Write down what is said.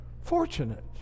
Fortunate